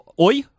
Oi